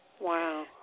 Wow